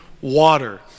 water